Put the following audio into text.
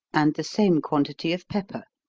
and the same quantity of pepper.